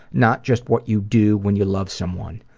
not just what you do when you love someone.